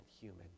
human